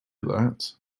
that